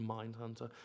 Mindhunter